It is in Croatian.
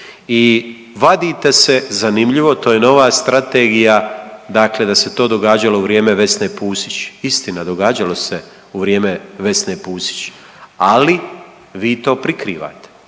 i vadite se, zanimljivo to je nova strategija, dakle da se to događalo u vrijeme Vesne Pusić. Istina, događalo se u vrijeme Vesne Pusić, ali vi to prikrivate.